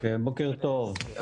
בוקר טוב.